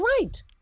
right